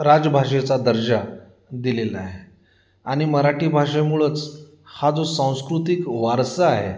राजभाषेचा दर्जा दिलेला आहे आणि मराठी भाषेमुळेच हा जो सांस्कृतिक वारसा आहे